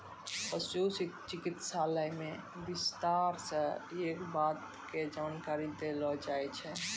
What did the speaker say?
पशु चिकित्सालय मॅ विस्तार स यै बात के जानकारी देलो जाय छै